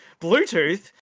Bluetooth